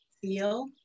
feel